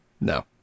no